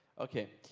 okay.